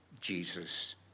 Jesus